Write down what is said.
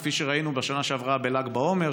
כפי שראינו בשנה שעברה בל"ג בעומר,